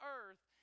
earth